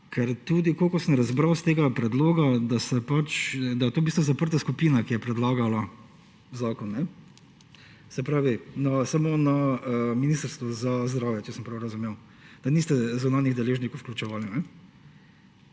Tudi, kolikor sem razbral iz tega predloga, da je to v bistvu zaprta skupina, ki je predlagala zakon, se pravi na Ministrstvu za zdravje, če sem prav razumel, in da niste zunanjih deležnikov vključevali.